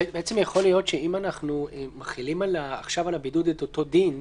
יכול להיות שאם אנחנו מחילים עכשיו על הבידוד את אותו דין,